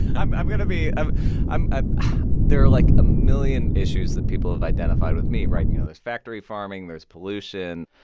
i'm i'm going to be ah ah there are like a million issues that people have identified with meat, right? you know, there's factory farming. there's pollution.